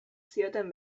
zioten